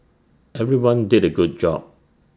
everyone did A good job